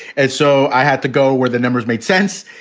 and so i had to go where the numbers made sense.